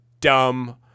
dumb